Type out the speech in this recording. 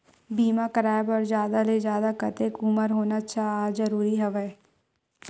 बीमा कराय बर जादा ले जादा कतेक उमर होना जरूरी हवय?